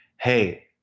Hey